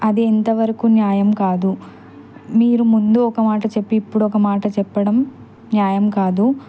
అది ఎంతవరకు న్యాయం కాదు మీరు ముందు ఒక మాట చెప్పి ఇప్పుడు ఒక మాట చెప్పడం న్యాయం కాదు